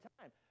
time